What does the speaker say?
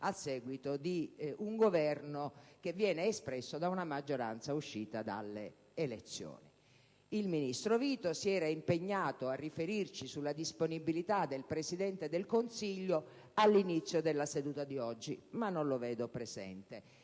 con un Governo espresso da una maggioranza uscita dalle elezioni. Il ministro Vito si era impegnato a riferirci sulla disponibilità del Presidente del Consiglio all'inizio della seduta di oggi, ma non lo vedo presente.